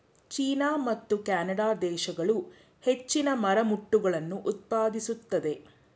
China ಮತ್ತು Canada ದೇಶಗಳು ಹೆಚ್ಚಿನ ಮರಮುಟ್ಟುಗಳನ್ನು ಉತ್ಪಾದಿಸುತ್ತದೆ